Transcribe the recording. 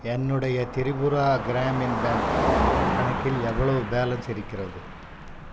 என்னுடைய திரிபுரா கிராமின் பேங்க் கணக்கில் எவ்வளவு பேலன்ஸ் இருக்கிறது